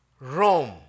Rome